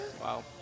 Wow